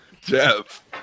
Jeff